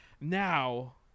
now